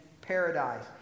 paradise